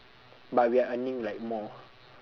but we are earning like more